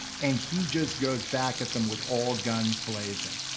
and he just goes back at them with all guns blazing.